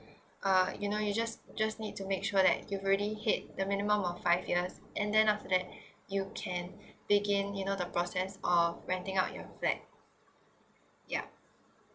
uh you know you just just need to make sure that you've already hit the minimum of five years and then after that you can begin you know the process of renting out your flat ya